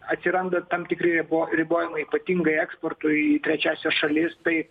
atsiranda tam tikri ribo ribojimai ypatingai eksportui į trečiąsias šalis tai